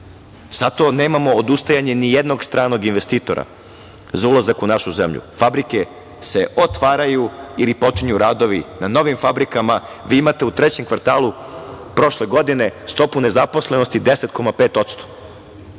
zato nemamo odustajanje ni jednog stranog investitora za ulazak u našu zemlju, fabrike se otvaraju, ili počinju radovi na novim fabrikama. Vi imate u trećem kvartalu prošle godine, stopu nezaposlenosti 10,5%.